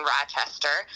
Rochester